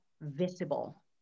visible